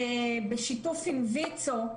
בשיתוף עם ויצ"ו,